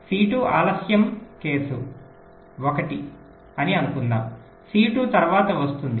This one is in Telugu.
C2 ఆలస్యం కేసు 1 అని అనుకుందాం C2 తరువాత వస్తుంది